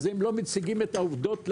אז הם לא מציגים את העובדות לאמיתן,